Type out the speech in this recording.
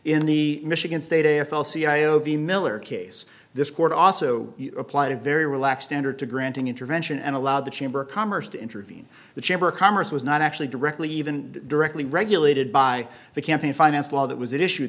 in the michigan state a f l c i o v miller case this court also applied a very relaxed manner to granting intervention and allowed the chamber of commerce to intervene the chamber of commerce was not actually directly even directly regulated by the campaign finance law that was an issue